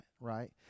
right